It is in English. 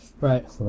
Right